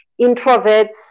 introverts